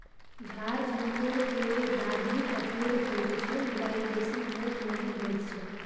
झार झंखोर केर डाढ़ि कठोर होइत छै मुदा ई बेसी मोट नहि होइत छै